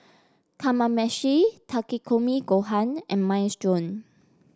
Kamameshi Takikomi Gohan and Minestrone